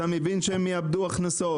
אתה מבין שהם יאבדו הכנסות?